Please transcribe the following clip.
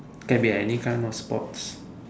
can be any kind of sports